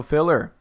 Filler